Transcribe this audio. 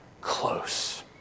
close